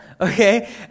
okay